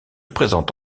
présente